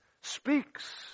speaks